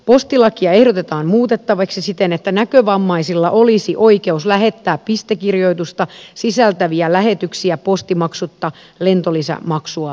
postilakia ehdotetaan muutettavaksi siten että näkövammaisilla olisi oikeus lähettää pistekirjoitusta sisältäviä lähetyksiä postimaksutta lentolisämaksua lukuun ottamatta